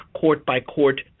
court-by-court